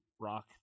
Rock